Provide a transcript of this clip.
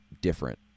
different